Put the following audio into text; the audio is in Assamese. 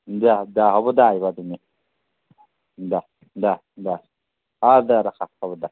দিয়া দিয়া হ'ব দিয়া আহিবা তুমি দিয়া দিয়া হয় হ'ব দিয়া ৰাখা দিয়া